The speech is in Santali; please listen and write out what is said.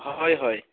ᱦᱳᱭ ᱦᱳᱭ